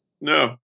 No